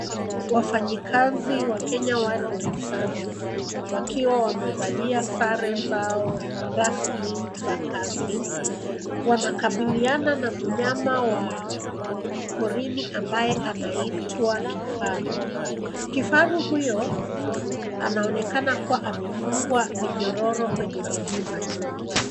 Wafanyikazi wa Kenya Wildlife Service , wakiwa wamevalia sare zao rasmi za kazi, wanakabiliana na mnyama wa porini ambaye anaitwa kifaru. Kifaru huyo anaonekana kuwa amefungwa minyororo kwenye miguu za nyuma.